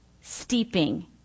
steeping